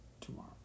tomorrow